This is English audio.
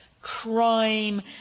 crime